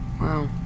Wow